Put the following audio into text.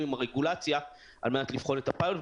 עם הרגולציה על מנת לבחון את הפיילוט,